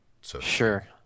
Sure